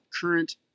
current